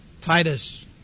Titus